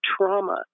trauma